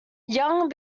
young